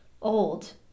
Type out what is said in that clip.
Old